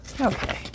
Okay